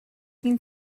gen